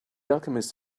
alchemist